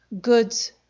goods